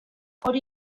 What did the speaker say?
hori